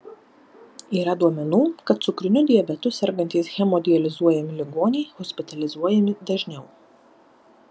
yra duomenų kad cukriniu diabetu sergantys hemodializuojami ligoniai hospitalizuojami dažniau